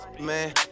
man